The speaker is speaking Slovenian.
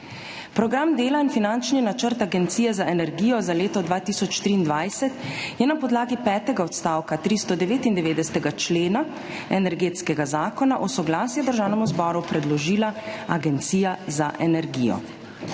Program dela in finančni načrt Agencije za energijo za leto 2023 je na podlagi petega odstavka 399. člena Energetskega zakona v soglasje Državnemu zboru predložila Agencija za energijo.